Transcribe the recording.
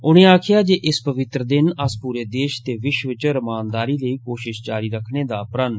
उनें आक्खेआ जे इस पवित्र दिन अस पूरे देश ते विश्व च रमानदारी लेई कोशिश जारी रक्खने दा प्रण पाच्वै